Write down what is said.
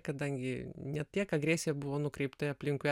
kadangi ne tiek agresija buvo nukreipta į aplinkui